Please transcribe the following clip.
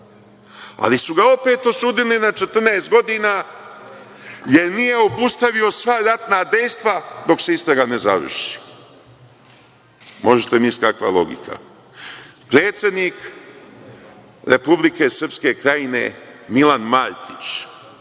ali su ga opet osudili na 14 godina jer nije obustavio sva ratna dejstva dok se istraga ne završi. Možete misliti kakva logika. Predsednik Republike Srpske Krajine, Milan Martić,